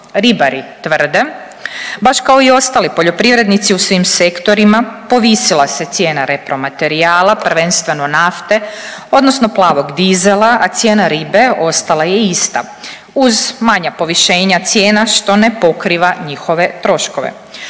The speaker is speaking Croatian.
Ribari tvrde baš kao i ostali poljoprivrednici u svim sektorima povisila se cijena repromaterijala prvenstveno nafte, odnosno plavog dizela, a cijena ribe ostala je ista uz manja povišenja cijena što ne pokriva njihove troškove.